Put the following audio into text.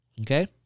Okay